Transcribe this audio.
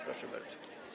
Proszę bardzo.